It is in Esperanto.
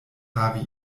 havi